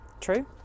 True